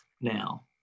now